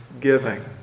giving